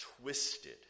twisted